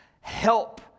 help